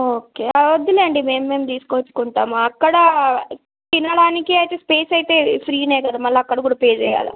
okay అవి వద్దులేండి మేము మేము తీసుకొచ్చుకుంటాము అక్కడ తినడానికి అయితే స్పేస్ అయితే ఫ్రీనే కదా మళ్ళీ అక్కడ కూడా పే చేయాలా